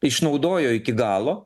išnaudojo iki galo